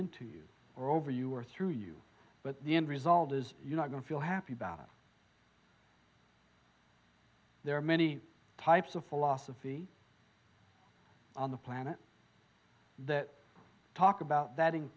or over you or through you but the end result is you're not going to feel happy about it there are many types of philosophy on the planet that talk about that